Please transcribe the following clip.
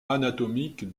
anatomiques